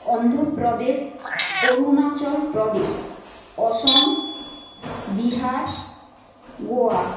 অন্ধ প্রদেশ অরুণাচল প্রদেশ অসম বিহার গোয়া